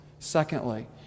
Secondly